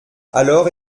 alors